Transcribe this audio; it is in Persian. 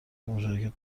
مشارکت